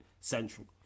central